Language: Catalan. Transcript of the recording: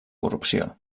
corrupció